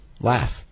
laugh